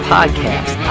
Podcast